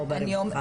לא ברווחה.